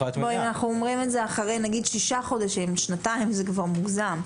אומרים את זה אחרי שישה חודשים או שנתיים זה מוגזם.